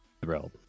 thrilled